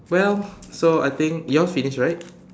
well so I think yours finish right